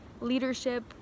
leadership